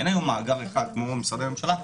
אין היום מאגר אחד כמו במשרדי הממשלה,